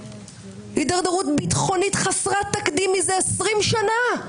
הידרדרות ביטחונית חסרת תקדים זה 20 שנה.